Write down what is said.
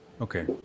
Okay